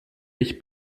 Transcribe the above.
ich